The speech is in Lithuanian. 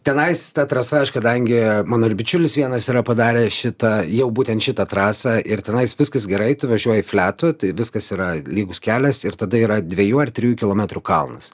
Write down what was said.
tenais ta trasa aš kadangi mano ir bičiulis vienas yra padaręs šitą jau būtent šitą trasą ir tenai viskas gerai tu važiuoji fletu tai viskas yra lygus kelias ir tada yra dvejų ar trijų kilometrų kalnas